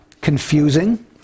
confusing